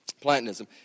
Platonism